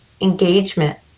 engagement